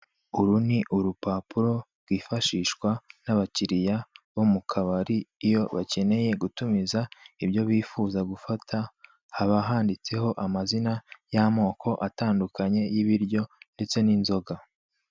Uru ni urupapuro rwifashishwa n'abakiriya bo mu kabari iyo bakeneye gutumiza ibyo bifuza gufata, haba handitseho amazina y'amoko atandukanye y'ibiryo ndetse n'inzoga.